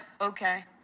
okay